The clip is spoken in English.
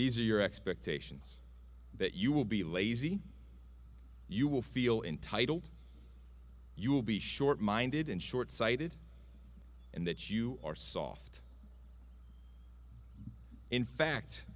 are your expectations that you will be lazy you will feel entitled you will be short minded and short sighted and that you are soft in fact